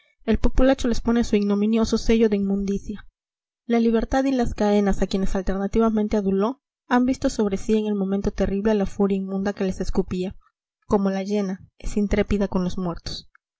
el populacho les pone su ignominioso sello de inmundicia la libertad y las caenas a quienes alternativamente aduló han visto sobre sí en el momento terrible a la furia inmunda que les escupía como la hiena es intrépida con los muertos